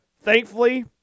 Thankfully